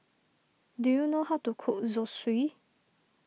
do you know how to cook Zosui